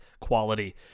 quality